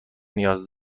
نیاز